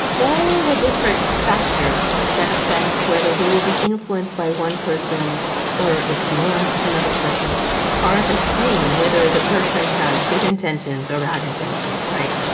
all the different factors that affect whether we will be influenced by one person or ignore another person are the same whether the person has good intentions or bad intentions, right?